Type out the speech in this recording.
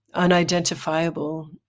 unidentifiable